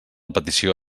petició